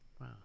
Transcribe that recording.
Wow